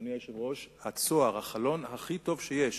אדוני היושב-ראש, הצוהר, החלון הכי טוב שיש